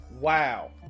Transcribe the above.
wow